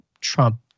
Trump